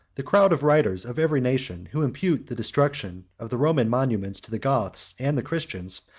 the crowd of writers of every nation, who impute the destruction of the roman monuments to the goths and the christians,